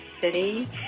City